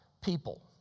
people